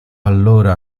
allora